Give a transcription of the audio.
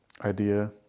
idea